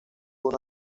unos